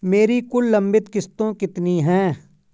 मेरी कुल लंबित किश्तों कितनी हैं?